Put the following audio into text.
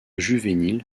juvénile